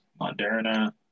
Moderna